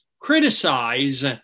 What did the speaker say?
criticize